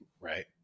right